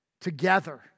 Together